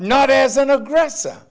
not as an aggressor